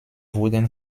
wurden